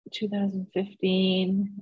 2015